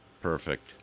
Perfect